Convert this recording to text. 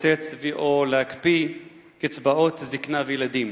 לקצץ ו/או להקפיא קצבאות זיקנה וילדים.